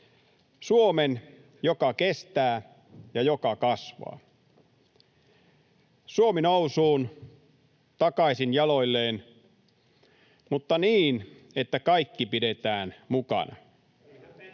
Suomen, joka kestää ja joka kasvaa. Suomi nousuun, takaisin jaloilleen, mutta niin, että kaikki pidetään mukana: